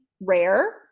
rare